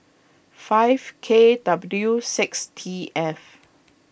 five K W six T F